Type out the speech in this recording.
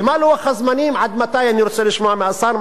מה לוח הזמנים, עד מתי, אני רוצה לשמוע מהשר.